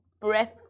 breath